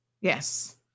yes